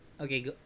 Okay